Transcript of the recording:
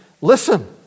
listen